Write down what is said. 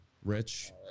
rich